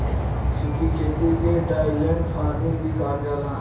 सूखी खेती के ड्राईलैंड फार्मिंग भी कहल जाला